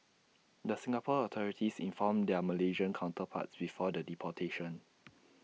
the Singapore authorities informed their Malaysian counterparts before the deportation